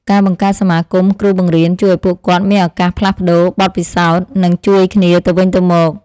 ការបង្កើតសមាគមគ្រូបង្រៀនជួយឱ្យពួកគាត់មានឱកាសផ្លាស់ប្តូរបទពិសោធន៍និងជួយគ្នាទៅវិញទៅមក។